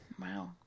Wow